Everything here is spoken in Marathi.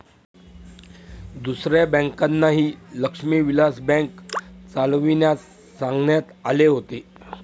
दुसऱ्या बँकांनाही लक्ष्मी विलास बँक चालविण्यास सांगण्यात आले होते